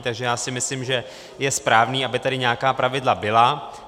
Takže si myslím, že je správné, aby tady nějaká pravidla byla.